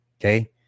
Okay